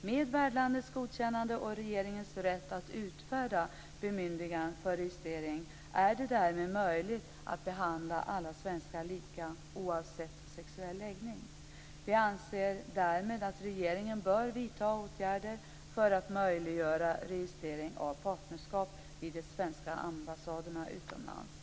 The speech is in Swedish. Med värdlandets godkännande och regeringens rätt att utfärda bemyndiganden för registrering är det därmed möjligt att behandla alla svenskar lika, oavsett sexuell läggning. Vi anser därmed att regeringen bör vidta åtgärder för att möjliggöra registrering av partnerskap vid de svenska ambassaderna utomlands.